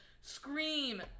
Scream